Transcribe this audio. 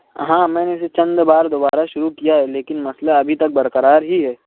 ہاں میں نے اسے چند بار دوبارہ شروع کیا ہے لیکن مسئلہ ابھی تک برقرار ہی ہے